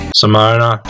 Simona